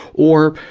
or,